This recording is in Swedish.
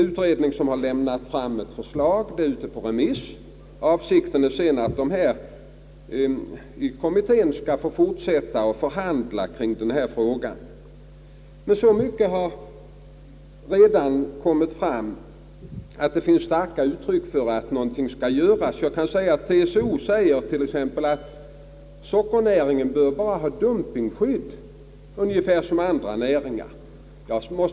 Utredningsförslaget är ute på remiss, och avsikten är att kommittén sedan skall få fortsätta att förhandla kring den här frågan. Så mycket har dock redan kommit fram att det finns starka uttryck för att någonting bör göras. TCO säger t.ex. att sockernäringen bara bör ha dumpingskydd, ungefär som andra näringar.